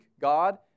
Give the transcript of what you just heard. God